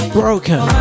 broken